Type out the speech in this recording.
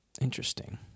Interesting